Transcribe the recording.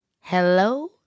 Hello